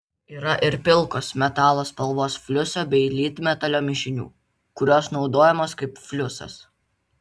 yra ir pilkos metalo spalvos fliuso bei lydmetalio mišinių kurios naudojamos kaip fliusas